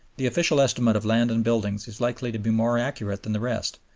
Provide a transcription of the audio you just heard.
the official estimate of land and buildings is likely to be more accurate than the rest.